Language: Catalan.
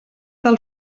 del